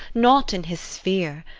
not in his sphere.